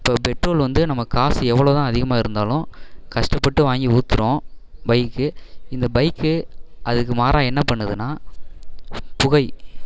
இப்போ பெட்ரோல் வந்து நம்ம காசு எவ்வளோ தான் அதிகமாக இருந்தாலும் கஷ்டப்பட்டு வாங்கி ஊற்றுறோம் பைக்குக்கு இந்த பைக்கு அதுக்கு மாறாக என்ன பண்ணுதுன்னால் புகை